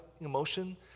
emotion